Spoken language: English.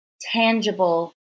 tangible